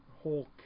whole